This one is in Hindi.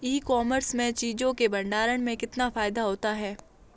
ई कॉमर्स में चीज़ों के भंडारण में कितना फायदा होता है?